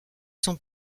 son